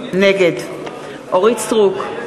נגד אורית סטרוק,